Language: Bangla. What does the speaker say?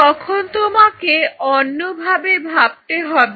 তখন তোমাকে অন্য ভাবে ভাবতে হবে